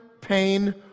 pain